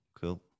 cool